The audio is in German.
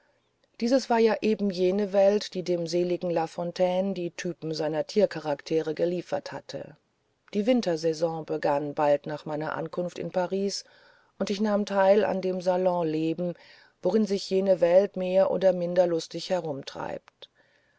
dieses war ja eben jene welt die dem seligen lafontaine die typen seiner tiercharaktere geliefert hatte die wintersaison begann bald nach meiner ankunft in paris und ich nahm teil an dem salonleben worin sich jene welt mehr oder minder lustig herumtreibt